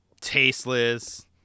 tasteless